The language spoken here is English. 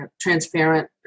transparent